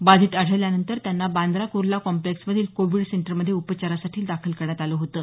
बाधित आढळल्यानंतर त्यांना बांद्रा कुर्ला कॉम्प्रेक्समधील कोविड सेंटरमध्ये उपचारासाठी दाखल करण्यात आलं होतं